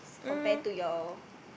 compare to your